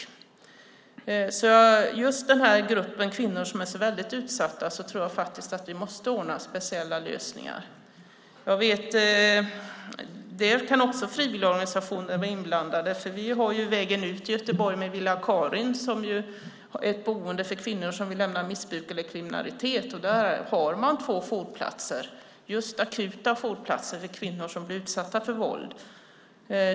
I fråga om just denna grupp kvinnor som är så väldigt utsatt tror jag faktiskt att vi måste ordna speciella lösningar. Jag vet att frivilligorganisationerna också kan vara inblandade. I Göteborg har vi Villa Vägen ut Karin som är ett boende för kvinnor som vill lämna missbruk eller kriminalitet. Där har man två jourplatser för akuta fall för kvinnor som blir utsatta för våld.